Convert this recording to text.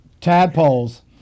Tadpoles